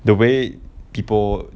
the way people